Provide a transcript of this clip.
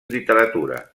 literatura